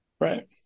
Right